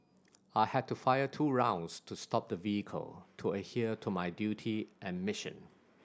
I had to fire two rounds to stop the vehicle to adhere to my duty and mission